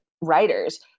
writers